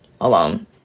alone